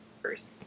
first